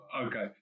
okay